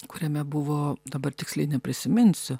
kuriame buvo dabar tiksliai neprisiminsiu